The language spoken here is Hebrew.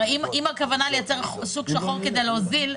הרי אם הכוונה לייצר שוק שחור כדי להוזיל,